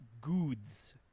goods